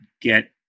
get